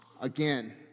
Again